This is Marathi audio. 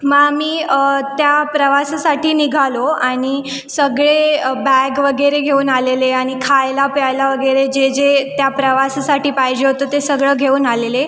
मग आम्ही त्या प्रवासासाठी निघालो आणि सगळे बॅग वगैरे घेऊन आलेले आणि खायला प्यायला वगैरे जे जे त्या प्रवाससाठी पाहिजे होतं ते सगळं घेऊन आलेले